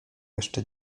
jeszcze